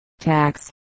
tax